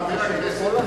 אדוני היושב-ראש,